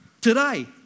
Today